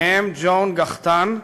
וביניהם ג'ון גחטן,